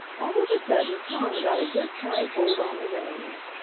all of a sudden tom got a good tight hold on the reins,